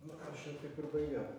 nu aš ir kaip ir baigiau